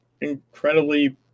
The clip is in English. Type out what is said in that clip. incredibly